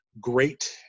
great